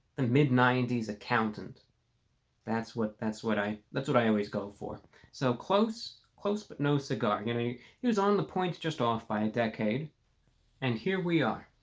the mid nineties accountant that's what that's what i that's what i always go for so close close but no cigar, and and you was on the point just off by a decade and here we are.